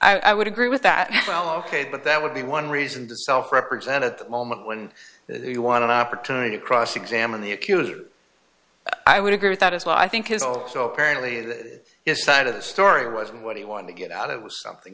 oh i would agree with that well ok but that would be one reason to self represent at the moment when they want an opportunity to cross examine the accuser i would agree with that as well i think is also apparently that is side of the story wasn't what he wanted to get out it was something